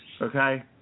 okay